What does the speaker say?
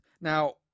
Now